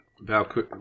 Val